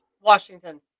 Washington